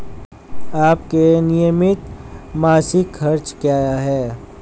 आपके नियमित मासिक खर्च क्या हैं?